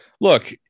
look